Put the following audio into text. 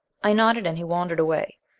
i nodded, and he wandered away.